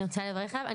אני רוצה לברך עליו.